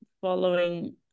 following